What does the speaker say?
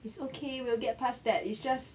it's okay we'll get past that it's just